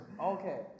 Okay